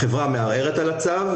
אם החברה מערערת על הצו,